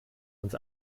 uns